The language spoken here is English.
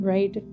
Right